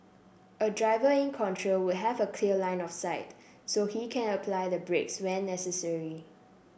a driver in control would have a clear line of sight so he can apply the brakes when necessary